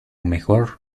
mejor